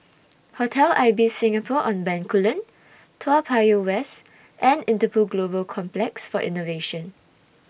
Hotel Ibis Singapore on Bencoolen Toa Payoh West and Interpol Global Complex For Innovation